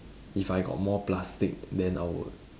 if I got more plastic then I would